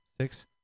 six